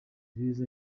abayobozi